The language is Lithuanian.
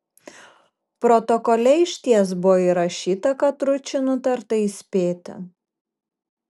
protokole išties buvo įrašyta kad ručį nutarta įspėti